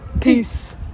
peace